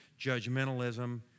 judgmentalism